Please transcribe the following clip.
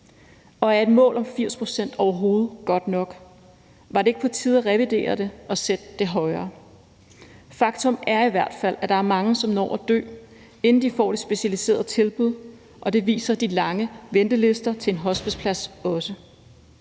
Er et mål på 80 pct. overhovedet godt nok? Var det ikke på tide at revidere det og sætte det højere? Faktum er i hvert fald, at der er mange, som når at dø, inden de får et specialiseret tilbud, og det viser de lange ventelister til en hospiceplads også.